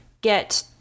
get